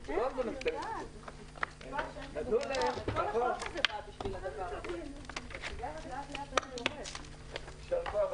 10:26.